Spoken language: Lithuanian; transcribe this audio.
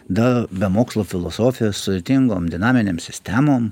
dar be mokslo filosofijos sultingom dinaminėm sistemom